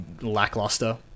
lackluster